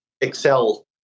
excel